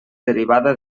derivada